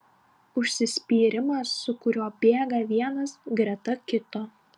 užsispyrimas su kuriuo bėga vienas greta kito